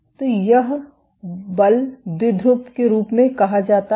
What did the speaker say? तो यह बल द्विध्रुव के रूप में कहा जाता है